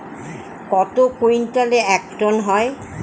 কত কুইন্টালে এক টন হয়?